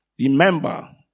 Remember